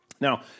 Now